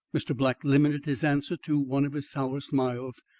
mr. black limited his answer to one of his sour smiles.